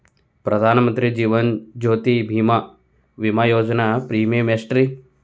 ಪ್ರಧಾನ ಮಂತ್ರಿ ಜೇವನ ಜ್ಯೋತಿ ಭೇಮಾ, ವಿಮಾ ಯೋಜನೆ ಪ್ರೇಮಿಯಂ ಎಷ್ಟ್ರಿ?